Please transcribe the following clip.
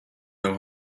know